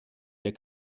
der